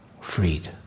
freed